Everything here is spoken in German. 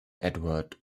edward